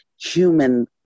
human